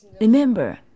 Remember